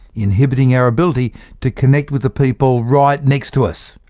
inhibiting our ability to connect with the people right next to us.